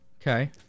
Okay